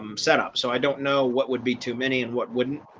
um setup, so i don't know what would be too many and what wouldn't,